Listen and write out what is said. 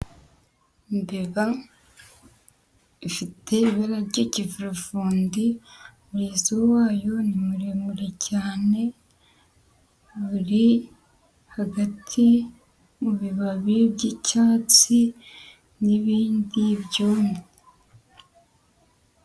Imbeba ifite ibara ry'ikivurivundi, umurizo wayo ni muremure cyane, uri hagati mu bibabi by'icyatsi n'ibindi byumye.